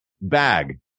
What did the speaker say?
bag